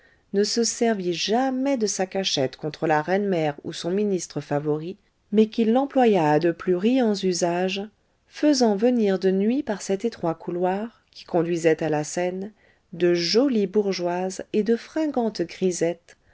ne se servit jamais de sa cachette contre la reine mère ou son ministre favori mais qu'il l'employa à de plus riants usages faisant venir de nuit par cet étroit couloir qui conduisait à la seine de jolies bourgeoises et de fringantes grisettes